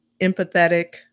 empathetic